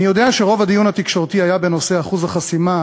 אני יודע שרוב הדיון התקשורתי היה בנושא אחוז החסימה,